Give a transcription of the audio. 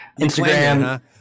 instagram